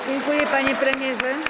Dziękuję, panie premierze.